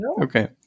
Okay